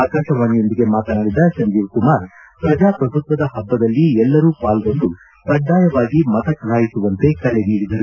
ಆಕಾಶವಾಣಿಯೊಂದಿಗೆ ಮಾತನಾಡಿದ ಸಂಜೀವ್ ಕುಮಾರ್ ಪ್ರಜಾಪ್ರಭುತ್ವದ ಪಬ್ಬದಲ್ಲಿ ಎಲ್ಲರೂ ಪಾಲ್ಗೊಂಡು ಕಡ್ಡಾಯವಾಗಿ ಮತ ಚಲಾಯಿಸುವಂತೆ ಕರೆ ನೀಡಿದರು